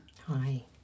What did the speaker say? Hi